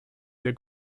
der